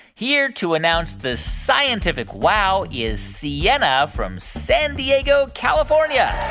here to announce the scientific wow is sienna from san diego, calif. um yeah